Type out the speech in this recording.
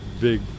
big